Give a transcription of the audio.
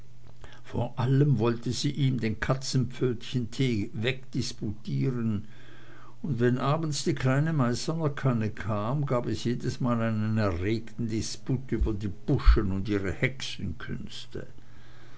vor allem wollte sie ihm den katzenpfötchentee wegdisputieren und wenn abends die kleine meißener kanne kam gab es jedesmal einen erregten disput über die buschen und ihre hexenkünste